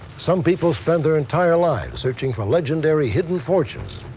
some people spend their entire lives searching for legendary hidden fortunes.